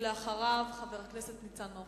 ולאחריו, חבר הכנסת ניצן הורוביץ.